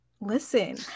listen